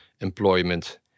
employment